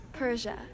Persia